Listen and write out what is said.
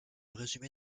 résumé